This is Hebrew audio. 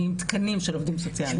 תקנים של עובדים סוציאליים בכל הארץ.